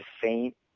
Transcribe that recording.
faint